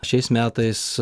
šiais metais